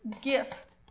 gift